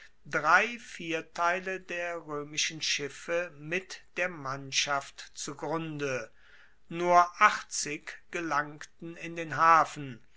drei vierteile der roemischen schiffe mit der mannschaft zugrunde nur achtzig gelangten in den hafen